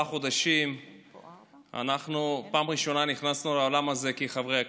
חודשים נכנסנו בפעם הראשונה לאולם הזה כחברי הכנסת.